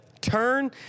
turn